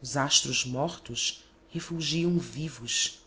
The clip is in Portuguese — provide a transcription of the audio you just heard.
os astros mortos refulgiam vivos